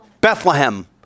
Bethlehem